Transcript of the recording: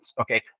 Okay